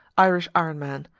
irish iron man.